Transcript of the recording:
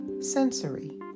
sensory